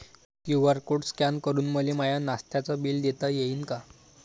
QR code scan करून मले माय नास्त्याच बिल देता येईन का?